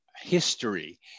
history